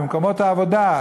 במקומות העבודה,